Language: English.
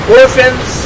orphans